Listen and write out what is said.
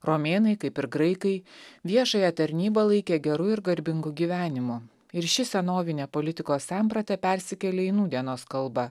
romėnai kaip ir graikai viešąją tarnybą laikė geru ir garbingu gyvenimu ir ši senovinė politikos samprata persikėlė į nūdienos kalbą